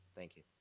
thank you.